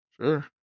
Sure